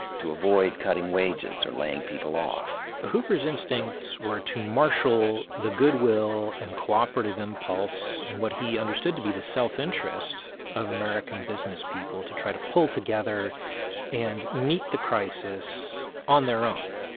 to avoid cutting wages or laying people off. hoover's instincts were to marshal the good will and cooperative impulse and what he understood to be the self-interest of american businesspeople, to try to pull together and meet the crisis on their own.